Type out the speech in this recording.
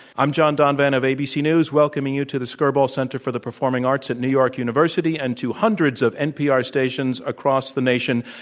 i'm john donvan of abc news, welcoming you to the skirball center for the performing arts at new york university and to hundreds of npr stations across the nation,